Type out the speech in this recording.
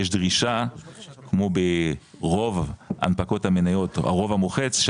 יש דרישה כמו ברוב הנפקות המניות הרוב המוחץ,